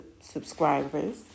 subscribers